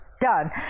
Done